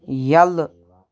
یلہٕ